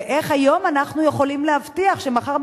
ואיך היום אנחנו יכולים להבטיח שמחר,